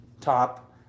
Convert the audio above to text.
top